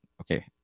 okay